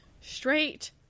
straight